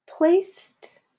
Placed